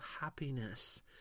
happiness